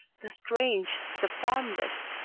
the strange, the formless,